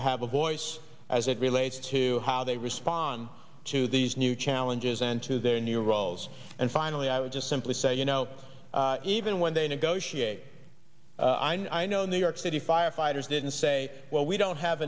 to have a voice as it relates to how they respond to these new challenges and to their new roles and finally i would just simply say you know even when they negotiate i know i know new york city firefighters didn't say well we don't have